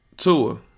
Tua